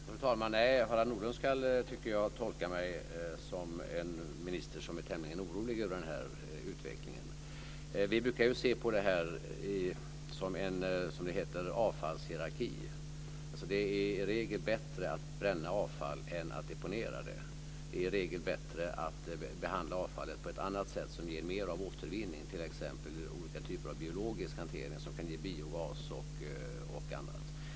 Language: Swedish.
Fru talman! Harald Nordlund ska, tycker jag, tolka mig som en minister som är tämligen orolig över denna utveckling. Vi brukar se på detta som en, som det heter, avfallshierarki. Det är i regel bättre att bränna avfall än att deponera det. Det är i regel bättre att behandla avfallet på ett annat sätt som ger mer av återvinning. Det gäller t.ex. olika typer av biologisk hantering som kan ge biogas och annat.